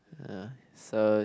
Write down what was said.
uh so